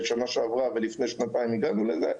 לפני שנה ולפני שנתיים הגענו לזה,